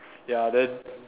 ya then